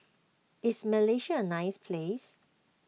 is Malaysia a nice place